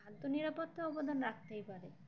খাদ্য নিরাপত্তা অবদান রাখতেই পারে